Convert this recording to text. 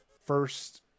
first